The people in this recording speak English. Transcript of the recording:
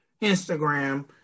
Instagram